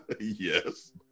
Yes